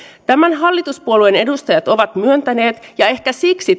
tämän hallituspuolueiden edustajat ovat myöntäneet ja ehkä siksi